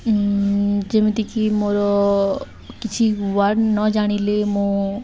ଯେମିତିକି ମୋର କିଛି ୱାର୍ଡ଼ ନ ଜାଣିଲେ ମୁଁ